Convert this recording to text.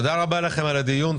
תודה רבה לכם על הדיון,